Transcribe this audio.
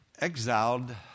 exiled